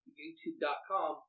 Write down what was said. youtube.com